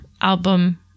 album